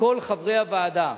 כל חברי הוועדה.